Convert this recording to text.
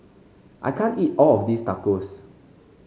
I can't eat all of this Tacos